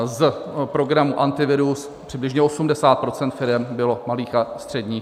Z programu Antivirus přibližně 80 % firem bylo malých a středních.